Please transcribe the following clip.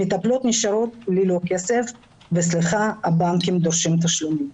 מטפלות נשארות ללא כסף והבנקים דורשים תשלומים.